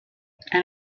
and